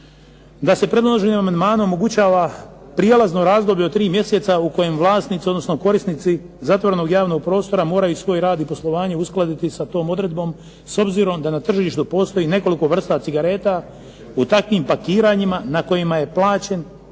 da se predloženim amandmanom omogućava prijelazno razdoblje od tri mjeseca u kojem vlasnici odnosno korisnici zatvorenog javnog prostora moraju svoj rad i poslovanje uskladiti sa tom odredbom, s obzirom da na tržištu postoji nekoliko vrsta cigareta u takvim pakiranjima na koje je plaćen